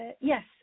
Yes